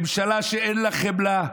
ממשלה שאין לה חמלה,